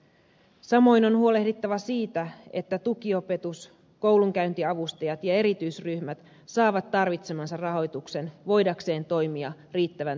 samoin on huolehdittava siitä että tukiopetus koulunkäyntiavustajat ja erityisryhmät saavat tarvitsemansa rahoituksen voidakseen toimia riittävän tehokkaasti